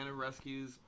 rescues